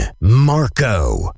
Marco